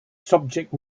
subject